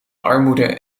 armoede